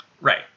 Right